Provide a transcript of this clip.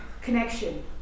connection